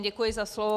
Děkuji za slovo.